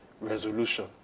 resolution